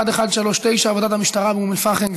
מס' 1139: עבודת המשטרה באום אל-פחם.